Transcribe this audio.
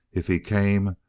if he came,